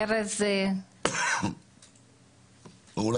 ארז הראל